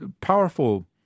powerful